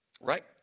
right